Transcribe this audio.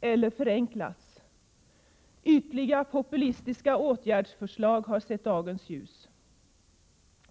eller förenklats. Ytliga populistiska åtgärdsförslag har sett dagens ljus.